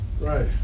Right